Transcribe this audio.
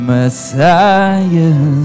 Messiah